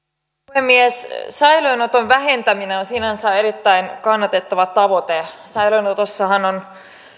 puhemies säilöönoton vähentäminen on sinänsä erittäin kannatettava tavoite säilöönotossahan on